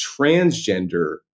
transgender